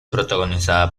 protagonizada